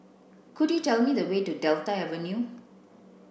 could you tell me the way to Delta Avenue